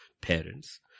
parents